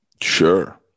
Sure